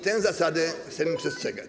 Tej zasady chcemy przestrzegać.